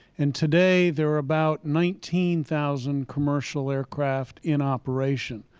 and today there are about nineteen thousand commercial aircraft in operation,